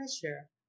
pressure